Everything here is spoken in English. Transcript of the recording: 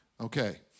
Okay